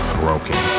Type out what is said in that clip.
broken